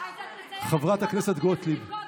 את מציירת את זה כאילו